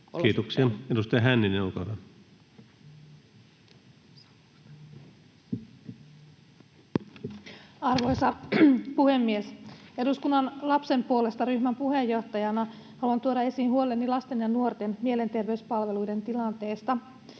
Kiitoksia. — Edustaja Hänninen, olkaa hyvä. Arvoisa puhemies! Eduskunnan lapsen puolesta ‑ryhmän puheenjohtajana haluan tuoda esiin huoleni lasten ja nuorten mielenterveyspalveluiden tilanteesta.